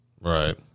Right